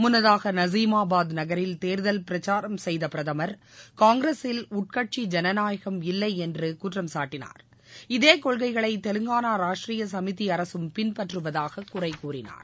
முன்னதாக நசீமாபாத் நகரில் தேர்தல் பிரச்சாரம் செய்த பிரதமர் காங்கிரசில் உட்கட்சி ஜனநாயகம் இல்லை என குற்றம் சாட்டிய அவர் இதே கொள்கைகளை தெலுங்கானா ராஷ்ட்ரீய சுமிதி அரசும் பின்பற்றுவதாக குறை கூற்னார்